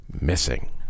missing